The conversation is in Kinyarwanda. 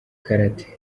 karate